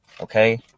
okay